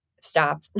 stop